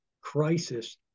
crisis